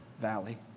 valley